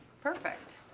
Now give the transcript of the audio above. Perfect